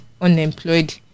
unemployed